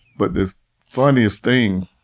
but the funniest thing,